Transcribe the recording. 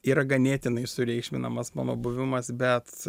yra ganėtinai sureikšminamas mano buvimas bet